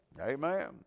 amen